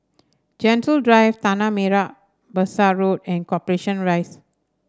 Gentle Drive Tanah Merah Besar Road and Corporation Rise